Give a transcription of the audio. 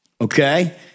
okay